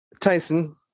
Tyson